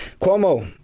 Cuomo